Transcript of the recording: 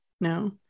no